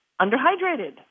underhydrated